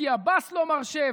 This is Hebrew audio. כי עבאס לא מרשה,